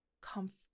comfort